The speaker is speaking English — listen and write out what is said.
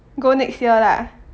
go next year lah